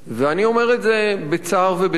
אני אומר את זה בצער ובדאגה,